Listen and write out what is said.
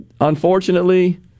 unfortunately